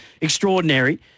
Extraordinary